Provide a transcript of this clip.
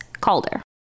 Calder